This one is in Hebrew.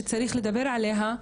שצריך לדבר עליה.